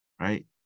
right